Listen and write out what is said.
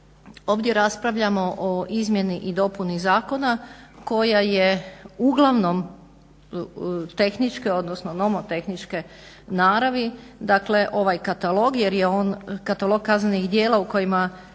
Ovdje raspravljamo o izmjeni i dopuni zakona koja je uglavnom tehničke odnosno nomotehničke naravi, dakle ovaj katalog kaznenih djela u kojima